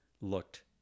looked